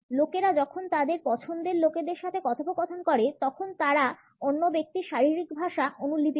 লোকেরা যখন তাদের পছন্দের লোকেদের সাথে কথোপকথন করে তখন তারা অন্য ব্যক্তির শারীরিক ভাষা অনুলিপি করে